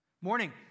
Morning